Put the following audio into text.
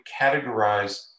categorize